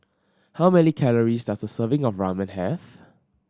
how many calories does a serving of Ramen have